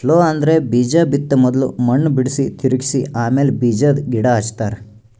plough ಅಂದ್ರ ಬೀಜಾ ಬಿತ್ತ ಮೊದುಲ್ ಮಣ್ಣ್ ಬಿಡುಸಿ, ತಿರುಗಿಸ ಆಮ್ಯಾಲ ಬೀಜಾದ್ ಗಿಡ ಹಚ್ತಾರ